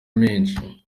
menshi